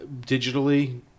digitally